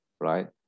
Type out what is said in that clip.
right